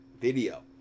video